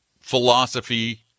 philosophy